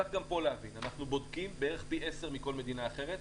אבל צריך להבין שאנחנו בודקים בערך פי עשרה מכל מדינה אחרת,